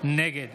נגד